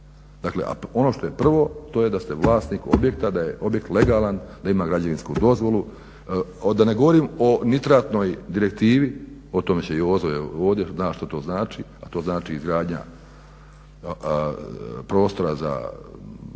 Dakle, a ono što je prvo to je da ste vlasnik objekta, da je objekt legalan, da ima građevinsku dozvolu, da ne govorim o nitratnoj direktivi. O tome će Jozo on zna što to znači, a to znači izgradnja prostora za gnoj